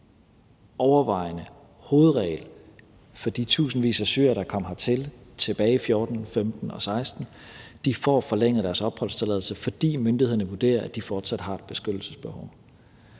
overvejende hovedregel for de tusindvis af syrere, der kom hertil tilbage i 2014, 2015 og 2016, er, at de får forlænget deres opholdstilladelse, fordi myndighederne vurderer, at de fortsat har et beskyttelsesbehov.